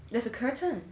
there's a curtain